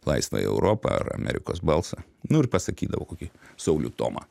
laisvą europą amerikos balsą nu ir pasakydavo kokį saulių tomą